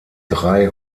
drei